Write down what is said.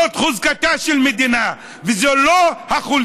זו חוזקתה של מדינה, וזו לא חולשה.